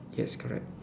yes correct